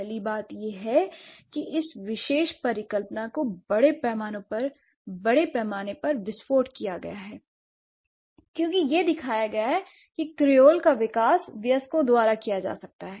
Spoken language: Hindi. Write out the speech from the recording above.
पहली बात यह है कि इस विशेष परिकल्पना को बड़े पैमाने पर विस्फोट किया गया है क्योंकि यह दिखाया गया है कि क्रॉल का विकास वयस्कों द्वारा किया जा सकता है